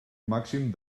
màxim